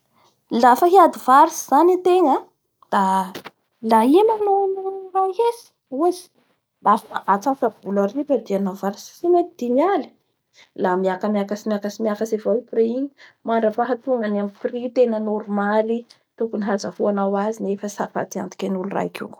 Lafa hiady varotsy zay ategna da la i manogno iray hetsy da atsasabola ary ro iadianao varotsy, tsy mety dimy aly la miakamiakatsy, miakatsy avao iprix igny, mandrapahatonga ny amin'ny prix tena normaly, tokony hahazahaoanao azy nefa tsy ahahafanty antoky an'olo raiky io.